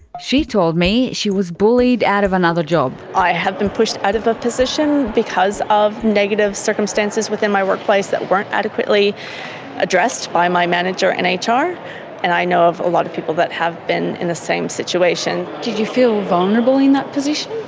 she told me she was bullied out of another job. i have been pushed out of a position because of negative circumstances within my workplace that weren't adequately addressed by my manager and ah hr. and i know of a lot of people that have been in the same situation. did you feel vulnerable in that position?